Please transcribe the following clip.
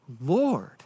Lord